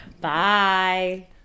Bye